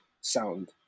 sound